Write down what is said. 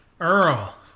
Earl